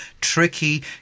Tricky